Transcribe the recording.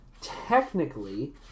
technically